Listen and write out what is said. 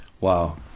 wow